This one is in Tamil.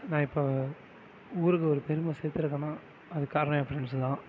நான் இப்போ ஊருக்கு ஒரு பெருமை சேர்த்துருக்கேன்னா அதுக்கு காரணம் என் ஃப்ரெண்ட்ஸ்தான்